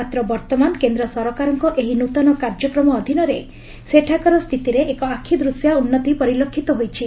ମାତ୍ର ବର୍ତ୍ତମାନ କେନ୍ଦ୍ର ସରକାରଙ୍କର ଏହି ନ୍ତନ କାର୍ଯ୍ୟକ୍ରମ ଅଧୀନରେ ସେଠାକାର ସ୍ଥିତିରେ ଏକ ଆଖିଦ୍ଶିଆ ଉନ୍ନତି ପରିଲକ୍ଷିତ ହୋଇଛି